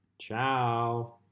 ciao